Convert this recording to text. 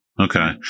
Okay